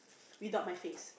without my face